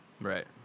Right